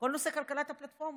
כל נושא כלכלת הפלטפורמות,